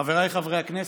חבריי חברי הכנסת,